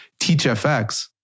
TeachFX